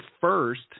first